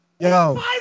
Yo